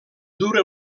dura